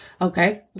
Okay